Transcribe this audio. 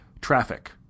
traffic